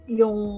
yung